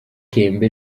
mbere